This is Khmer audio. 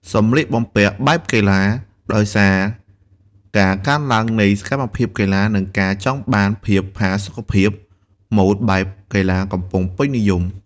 សម្លៀកបំពាក់បែបកីឡាឋ ដោយសារការកើនឡើងនៃសកម្មភាពកីឡា និងការចង់បានភាពផាសុកភាព ម៉ូដបែបកីឡាកំពុងពេញនិយម។